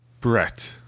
Brett